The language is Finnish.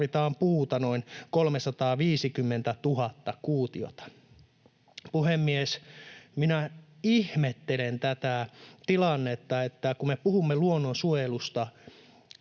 tarvitaan puuta noin 350 000 kuutiota. Puhemies! Minä ihmettelen tätä tilannetta, että kun me puhumme luonnonsuojelusta